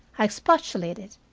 i expostulated.